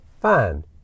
fine